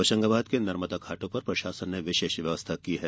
होषंगाबाद के नर्मदाघाटों पर प्रषासन ने विषेष व्यवस्था की है